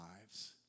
lives